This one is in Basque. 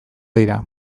dira